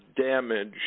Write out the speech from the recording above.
damage